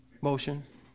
motions